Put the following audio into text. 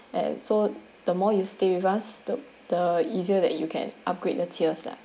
and so the more you stay with us the the easier that you can upgrade the tiers lah